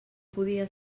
podia